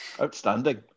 Outstanding